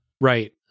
Right